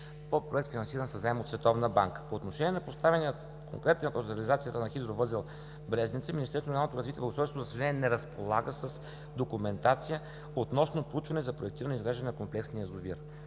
по проект, финансиран със заем от Световната банка. По отношение на поставеният конкретно за реализацията Хидровъзел „Брезница“, Министерство на регионалното развитие и благоустройство, за съжаление, не разполага с документация относно проучване за проектиране и изграждане на комплексния язовир.